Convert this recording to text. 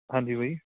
ਹਾਂਜੀ ਬਾਈ